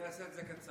אני אעשה את זה קצר.